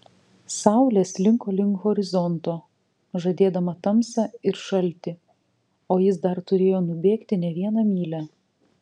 saulė slinko link horizonto žadėdama tamsą ir šaltį o jis dar turėjo nubėgti ne vieną mylią